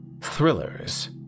thrillers